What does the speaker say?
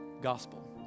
gospel